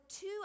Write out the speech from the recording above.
two